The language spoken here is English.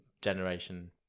generation